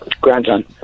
Grandson